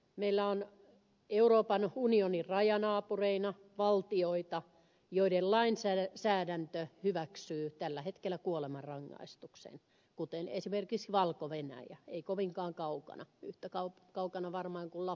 meillä on euroopan unionin rajanaa pureina valtioita joiden lainsäädäntö hyväksyy tällä hetkellä kuolemanrangaistuksen kuten esimerkiksi valko venäjä ei kovinkaan kaukana yhtä kaukana varmaan kuin lappi täältä